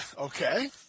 Okay